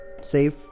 save